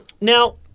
Now